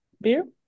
beer